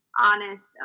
honest